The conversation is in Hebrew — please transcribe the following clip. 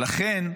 לכן,